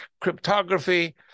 cryptography